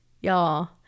y'all